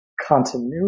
continuity